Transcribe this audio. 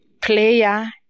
player